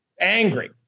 angry